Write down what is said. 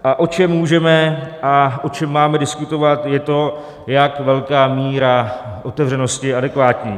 A o čem můžeme a o čem máme diskutovat, je to, jak velká míra otevřenosti je adekvátní.